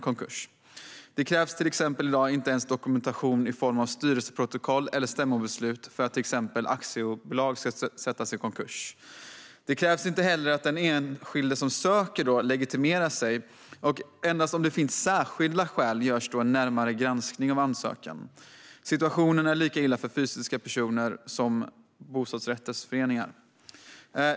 Det krävs i dag till exempel inte ens dokumentation i form av styrelseprotokoll eller stämmobeslut för att ett aktiebolag ska försättas i konkurs. Det krävs inte heller att den enskilde som söker legitimerar sig, och endast om det finns särskilda skäl görs en närmare granskning av ansökan. Situationen är lika illa för fysiska personer som för bostadsrättsföreningar.